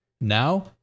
Now